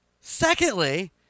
secondly